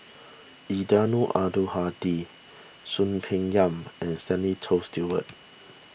Eddino Abdul Hadi Soon Peng Yam and Stanley Toft Stewart